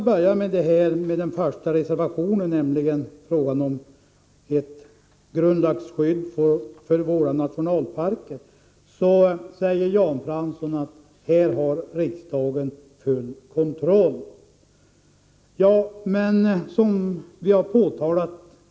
Beträffande den första reservationen, vilken handlar om grundlagsskyddet för våra nationalparker, säger Jan Fransson att riksdagen har full kontroll i det här avseendet.